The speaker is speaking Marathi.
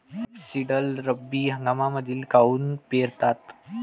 रेपसीडले रब्बी हंगामामंदीच काऊन पेरतात?